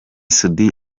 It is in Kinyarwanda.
soudy